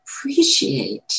appreciate